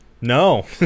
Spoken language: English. No